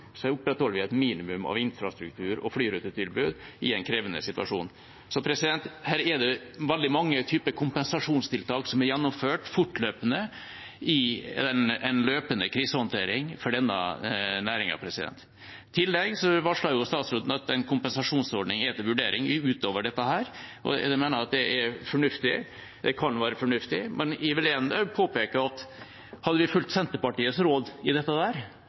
opprettholder et minimum av infrastruktur og flyrutetilbud . Så her er det veldig mange typer kompensasjonstiltak som er gjennomført fortløpende, i en løpende krisehåndtering for denne næringen. I tillegg har statsråden varslet at en kompensasjonsordning er til vurdering utover dette. Jeg mener at det kan være fornuftig, men jeg vil igjen påpeke at hadde vi fulgt Senterpartiets råd i dette,